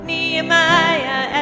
Nehemiah